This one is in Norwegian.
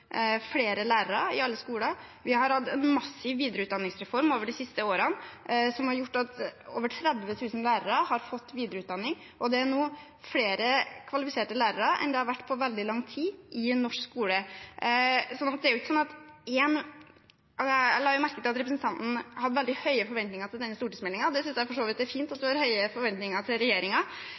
flere lærere i alle skoler. Vi har hatt en massiv videreutdanningsreform de siste årene, som har gjort at over 30 000 lærere har fått videreutdanning. Det er nå flere kvalifiserte lærere enn det har vært på veldig lang tid i norsk skole. Jeg la merke til at representanten hadde veldig høye forventninger til denne stortingsmeldingen – jeg synes for så vidt det er fint at man har høye forventninger til